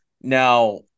now